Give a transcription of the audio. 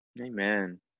Amen